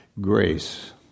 grace